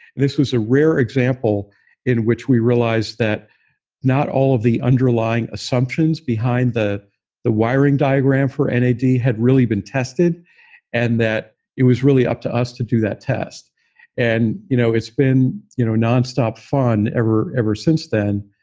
this was a rare example in, which we realized that not all of the underlying assumptions behind the the wiring diagram for and nad had really been tested and that it was really up to us to do that test and you know it's been you know non-stop fun ever ever since then.